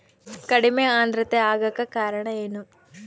ಕಡಿಮೆ ಆಂದ್ರತೆ ಆಗಕ ಕಾರಣ ಏನು?